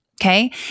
okay